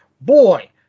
boy